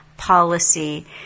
policy